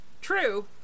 true